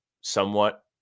somewhat